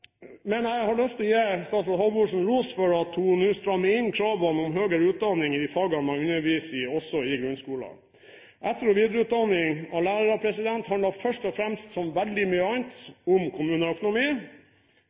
Men jeg har lyst til å gi statsråd Halvorsen ros for at hun nå strammer inn kravene om høyere utdanning i de fagene man underviser i, også i grunnskolen. Etter- og videreutdanning av lærere handler som veldig mye annet først og fremst